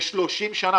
ו-30 שנה,